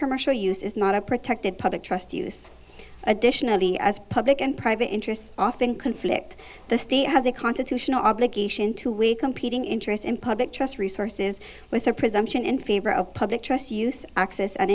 commercial use is not a protected public trust us additionally as public and private interests often conflict the state has a constitutional obligation to weigh competing interests in public trust resources with a presumption in favor of public trust use access an